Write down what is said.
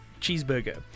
cheeseburger